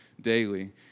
daily